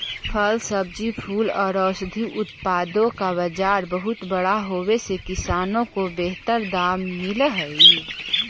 फल, सब्जी, फूल और औषधीय उत्पादों का बाजार बहुत बड़ा होवे से किसानों को बेहतर दाम मिल हई